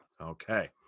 Okay